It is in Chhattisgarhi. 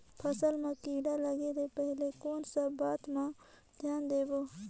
फसल मां किड़ा लगे ले पहले कोन सा बाता मां धियान देबो?